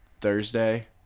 Thursday